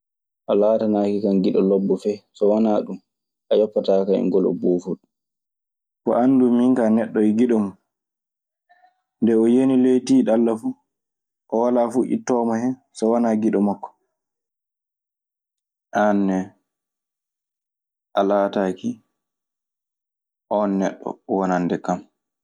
"A laatanaaki kan giɗo lobbo fey. So wanaa ɗun, a yoppataakan e ngolɗoo boofol. Ko anndumi min kaa e neɗɗo e giɗo mun. Nde o yani ley tiiɗalla fuu, walaa fuu ittoowo mo hen so wanaa giɗo makko. An nee a laataaki on neɗɗo wonandekam.